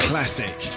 Classic